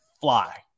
fly